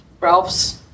Ralph's